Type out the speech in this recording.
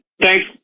thanks